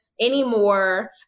anymore